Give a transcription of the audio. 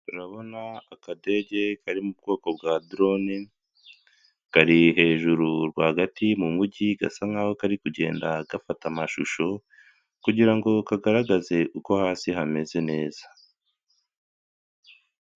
Urabona akadege kari mu bwoko bwa dorone kari hejuru rwagati mu mujyi, gasa nkaho kari kugenda gafata amashusho, kugira ngo kagaragaze uko hasi hameze neza.